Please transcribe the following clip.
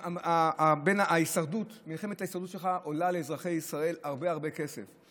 מלחמת ההישרדות שלך עולה לאזרחי ישראל הרבה הרבה כסף.